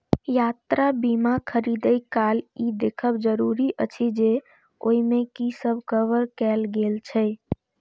यात्रा बीमा खरीदै काल ई देखब जरूरी अछि जे ओइ मे की सब कवर कैल गेल छै